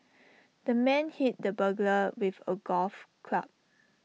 the man hit the burglar with A golf club